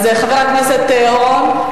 אז, חבר הכנסת אורון?